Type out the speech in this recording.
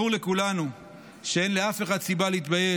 ברור לכולנו שאין לאף אחד סיבה להתבייש,